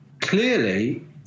clearly